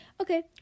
Okay